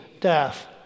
death